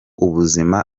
ubuzima